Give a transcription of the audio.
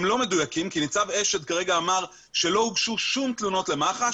הם לא מדויקים כי ניצב אשד כרגע אמר שלא הוגשו שום תלונות למח"ש.